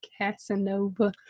Casanova